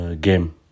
game